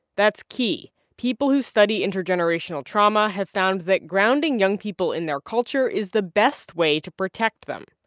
that's key. people who study intergenerational trauma have found that grounding young people in their culture is the best way to protect them.